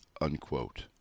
unquote